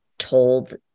told